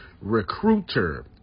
Recruiter